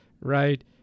right